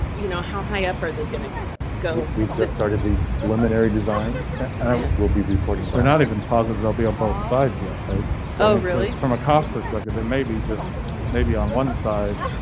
you know how high up are they going to go? we've just started the preliminary design will be reporting or not even positive will be on both sides yet right? so really, from a cost perspective it maybe just maybe on one side.